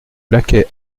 laquais